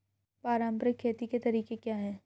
पारंपरिक खेती के तरीके क्या हैं?